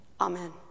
Amen